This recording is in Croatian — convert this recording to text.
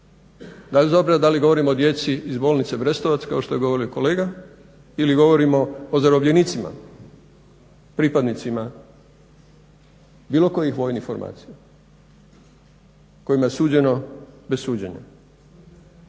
napravi bez obzira da li govorimo o djeci iz bolnice Brestovac kao što je govorio kolega ili govorimo o zarobljenicima pripadnicima bilo kojih vojnih formacija kojima je suđeno bez suđenja